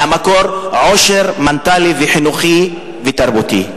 אלא מקור עושר מנטלי וחינוכי ותרבותי.